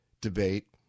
debate